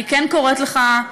אני כן קוראת לך,